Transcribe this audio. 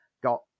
got